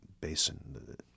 basin